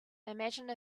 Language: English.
imagine